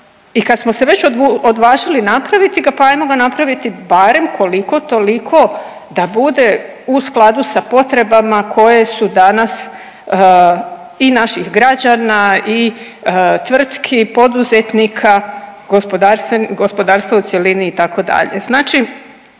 I kad smo se već odvažili napraviti, pa ajmo ga napraviti barem koliko toliko da bude u skladu sa potrebama koje su danas i naših građana i tvrtki, poduzetnika, gospodarstva u cjelini, itd.